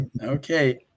okay